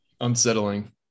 unsettling